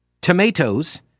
tomatoes